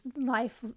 life